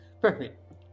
Perfect